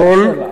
אני מאפשר לה.